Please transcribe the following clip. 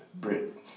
Brit